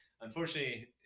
Unfortunately